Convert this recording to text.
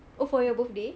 oh for your birthday